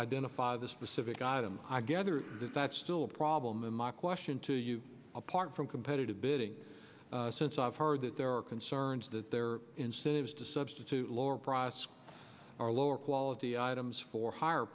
identify the specific item i gather that that's still a problem in my question to you apart from competitive bidding since i've heard that there are concerns that there are incentives to substitute lower price or lower quality items for higher